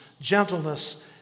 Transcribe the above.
gentleness